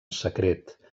secret